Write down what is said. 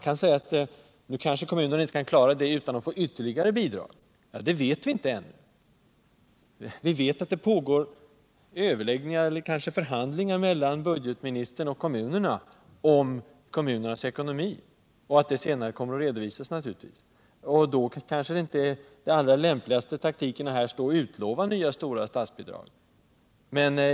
Kanske kan man invända att kommunerna inte kan klara den här utbyggnaden utan att få ytterligare bidrag. Det vet vi inte ännu. Men vi vet att det pågår överläggningar mellan budgetministern och kommunerna om deras ekonomi och att de naturligtvis senare kommer att redovisas. Då är det inte lämpligt att stå här och utlova stora nya statsbidrag.